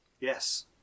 Yes